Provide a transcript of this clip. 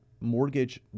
mortgage